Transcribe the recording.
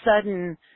sudden